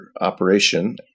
operation